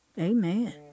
Amen